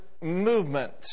movement